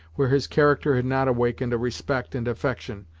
where his character had not awakened a respect and affection,